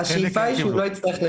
השאלה היא שהוא לא יצטרך לשלם.